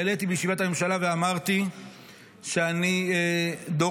אני העליתי בישיבת הממשלה ואמרתי שאני דורש